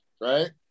right